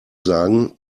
sagen